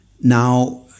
Now